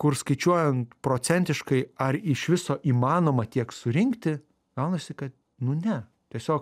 kur skaičiuojant procentiškai ar iš viso įmanoma tiek surinkti gaunasi kad nu ne tiesiog